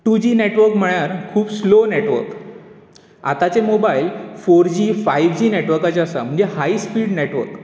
two G network म्हळ्यार खूब slow network आतांचे mobile four G five G नेटवर्काचे आसा म्हणजे हाय स्पीड नेटवर्क